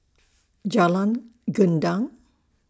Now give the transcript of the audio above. Jalan Gendang